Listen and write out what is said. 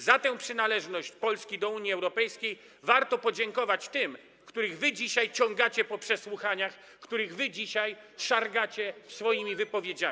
Za tę przynależność Polski do Unii Europejskiej warto podziękować tym, których wy dzisiaj ciągacie na przesłuchania, których wy dzisiaj szargacie swoimi wypowiedziami.